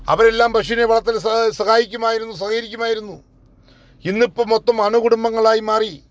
അവരെല്ലാം പശുവിനെ വളർത്തലിൽ സഹായിക്കുമായിരുന്നു സഹകരിക്കുമായിരുന്നു ഇന്ന് ഇപ്പോൾ മൊത്തം അണുകുടുംബങ്ങളായി മാറി